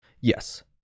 yes